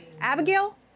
Abigail